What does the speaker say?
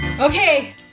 Okay